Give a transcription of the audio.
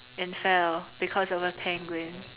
and fell because of a penguin